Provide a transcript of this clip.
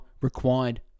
required